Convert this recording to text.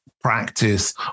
practice